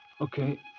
Okay